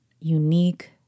unique